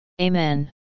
Amen